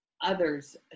others